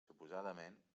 suposadament